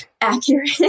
accurate